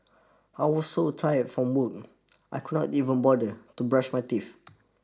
I was so tired from work I could not even bother to brush my teeth